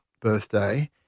birthday